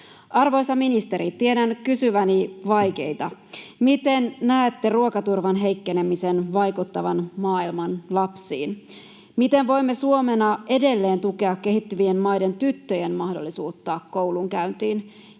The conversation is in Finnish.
Arvoisa ministeri, tiedän kysyväni vaikeita: Miten näette ruokaturvan heikkenemisen vaikuttavan maailman lapsiin? Miten voimme Suomena edelleen tukea kehittyvien maiden tyttöjen mahdollisuutta koulunkäyntiin?